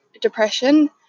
depression